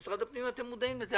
במשרד הפנים אתם מודעים לזה,